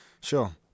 sure